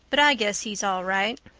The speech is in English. but i guess he's all right.